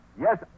Yes